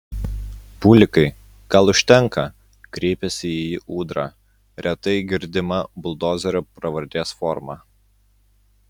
bulikai gal užtenka kreipėsi į jį ūdra retai girdima buldozerio pravardės forma